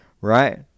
right